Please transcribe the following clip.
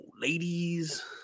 ladies